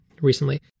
recently